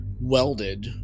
welded